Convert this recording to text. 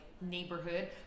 Neighborhood